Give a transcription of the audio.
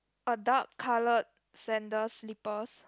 a dark coloured sandals slippers